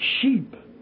sheep